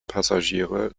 passagiere